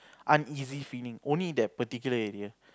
uneasy feeling only that particular area